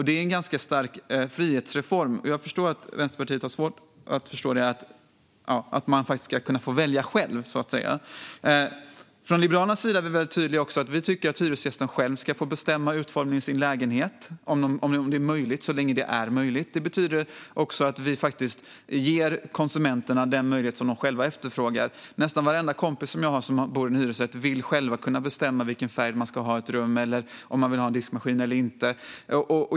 Det är en ganska stark frihetsreform. Jag förstår att Vänsterpartiet har svårt att förstå att man ska få välja själv. Liberalerna är tydliga med att vi tycker att hyresgästen själv ska få bestämma utformandet av sin lägenhet, så långt det är möjligt. Vi vill ge konsumenterna den möjlighet som de själva efterfrågar. Nästan varenda kompis jag har som bor i hyresrätt vill själv bestämma färgen man ska ha i ett rum eller om man vill ha en diskmaskin eller inte.